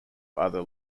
other